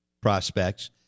prospects